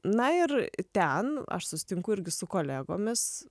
na ir ten aš susitinku irgi su kolegomis